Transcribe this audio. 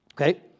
okay